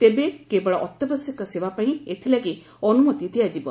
ତେବେ କେବଳ ଅତ୍ୟାବଶ୍ୟକ ସେବା ପାଇଁ ଏଥିଲାଗି ଅନ୍ତମତି ଦିଆଯିବ